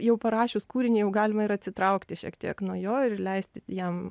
jau parašius kūrinį jau galima ir atsitraukti šiek tiek nuo jo ir leisti jam